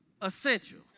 essential